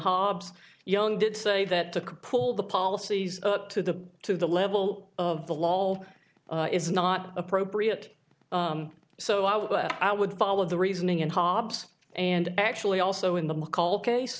hobbes young did say that to pull the policies up to the to the level of the law is not appropriate so i would follow the reasoning and hobbs and actually also in the call case